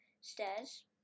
stairs